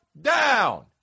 down